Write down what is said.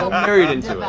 so married into